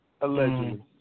allegedly